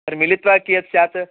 तर्हि मिलित्वा कियत् स्यात्